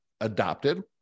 adopted